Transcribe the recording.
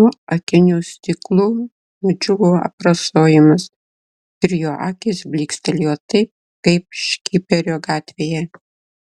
nuo akinių stiklų nudžiūvo aprasojimas ir jo akys blykstelėjo taip kaip škiperio gatvėje